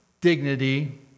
dignity